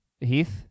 Heath